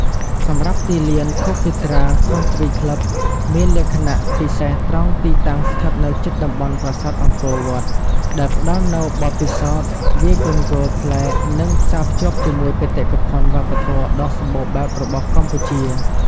សម្រាប់ទីលាន Phokeethra Country Club មានលក្ខណៈពិសេសត្រង់ទីតាំងស្ថិតនៅជិតតំបន់ប្រាសាទអង្គរវត្ត ដែលផ្ដល់នូវបទពិសោធន៍វាយកូនហ្គោលប្លែក និងផ្សារភ្ជាប់ជាមួយបេតិកភណ្ឌវប្បធម៌ដ៏សម្បូរបែបរបស់កម្ពុជា។